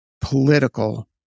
political